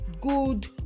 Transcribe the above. good